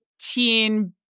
teen